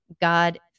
God